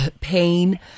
pain